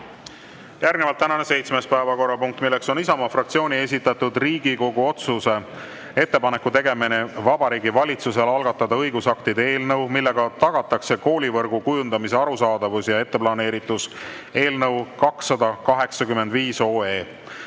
Järgnevalt tänane seitsmes päevakorrapunkt, milleks on Isamaa fraktsiooni esitatud Riigikogu otsuse "Ettepaneku tegemine Vabariigi Valitsusele algatada õigusaktide eelnõud, millega tagatakse koolivõrgu kujundamise arusaadavus ja etteplaneeritus" eelnõu 285.